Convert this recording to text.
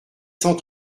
cent